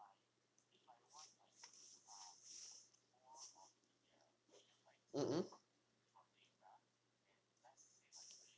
mmhmm